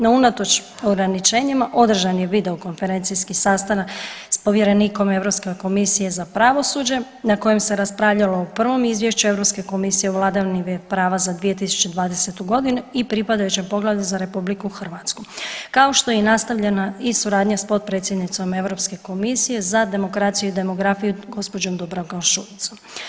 No unatoč ograničenjima održan je videokonferencijski sastanak s povjerenikom Europske komisije za pravosuđe na kojem se raspravljalo o prvom izvješću Europske komisije o vladavini prava za 2020.g. i pripadajućem poglavlju za RH, kao što je i nastavljena i suradnja s potpredsjednicom Europske komisije za demokraciju i demografiju gđom. Dubravkom Šuicom.